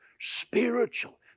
spiritual